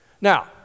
Now